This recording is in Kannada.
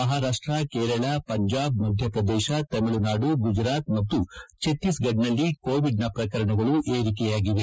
ಮಹಾರಾಷ್ಲ ಕೇರಳ ಪಂಜಾಬ್ ಮಧ್ವಪ್ರದೇತ ತಮಿಳುನಾಡು ಗುಜರಾತ್ ಮತ್ತು ಛತ್ತಿಸಗಡದಲ್ಲಿ ಕೋವಿಡ್ನ ಪ್ರಕರಣಗಳು ಏರಿಕೆಯಾಗಿವೆ